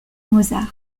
mozart